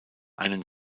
einen